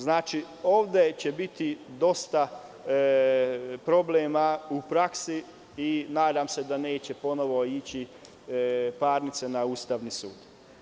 Znači, ovde će biti dosta problema u praksi i nadam se da neće ponovo ići parnice na Ustavni sud.